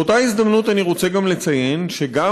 באותה הזדמנות אני רוצה גם לציין שגם